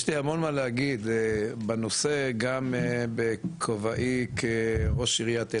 יש לי המון מה להגיד בנושא גם בכובעי כראש עריית אילת,